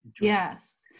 Yes